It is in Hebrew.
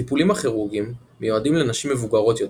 הטיפולים הכירורגים מיועדים לנשים מבוגרות יותר,